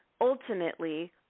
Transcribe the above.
ultimately